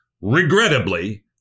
regrettably